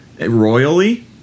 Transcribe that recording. royally